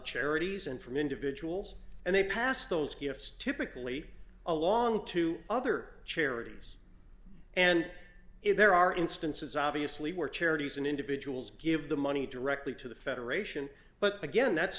charities and from individuals and they pass those gifts typically along to other charities and if there are instances obviously we're charities and individuals give the money directly to the federation but again that's